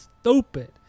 Stupid